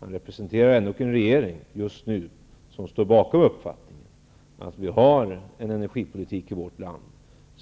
Han representerar ändock just nu en regering som står bakom uppfattningen att vi i vårt land har en energipolitik som går ut